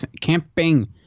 Camping